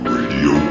Radio